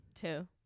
Two